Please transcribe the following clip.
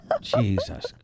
Jesus